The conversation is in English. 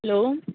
hello